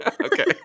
okay